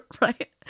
right